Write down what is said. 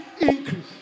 increase